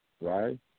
right